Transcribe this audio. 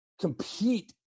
compete